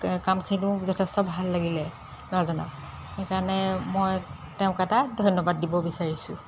কামখিনিও যথেষ্ট ভাল লাগিলে ল'ৰাজনৰ সেইকাৰণে মই তেওঁক এটা ধন্যবাদ দিব বিচাৰিছোঁ